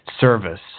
service